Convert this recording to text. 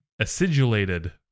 acidulated